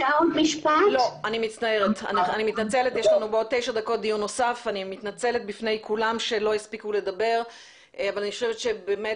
אני מתנצלת בפני אלה שלא הספיקו לדבר אבל אני חושבת שבאמת